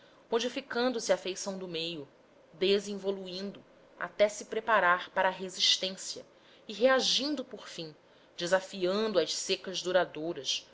modificando se a feição do meio desinvoluindo até se preparar para a resistência e reagindo por fim desafiando as secas duradouras